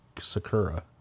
Sakura